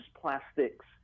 plastics